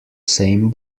same